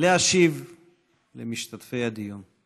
להשיב למשתתפי הדיון.